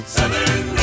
Southern